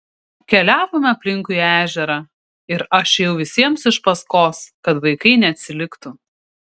keliavome aplinkui ežerą ir aš ėjau visiems iš paskos kad vaikai neatsiliktų